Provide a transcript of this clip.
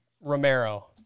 Romero